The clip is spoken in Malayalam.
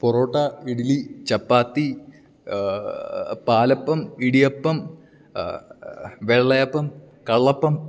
പൊറോട്ട ഇഡിലി ചപ്പാത്തി പാലപ്പം ഇടിയപ്പം വെള്ളയപ്പം കള്ളപ്പം